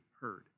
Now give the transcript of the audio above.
heard